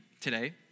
today